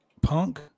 punk